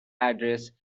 address